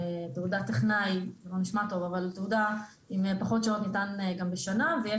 תעודת טכנאי עם פחות שעות ניתן גם בשנה ויש